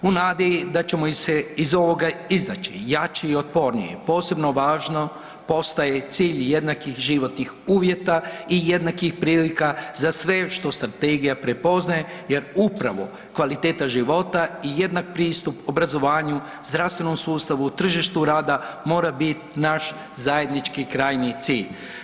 U nadi da ćemo iz ovoga izaći jači i otporniji, posebno važno postaje i cilj jednakih životnih uvjeta i jednakih prilika za sve što strategija prepoznaje jer upravo kvaliteta života i jednak pristup obrazovanju, zdravstvenom sustavu, tržištu rada, mora bit naš zajednički i krajnji cilj.